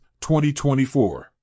2024